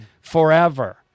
forever